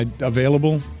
Available